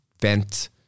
vent